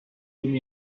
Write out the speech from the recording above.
been